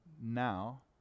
now